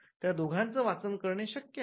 त्या दोघांचे वाचणं करणे शक्य आहे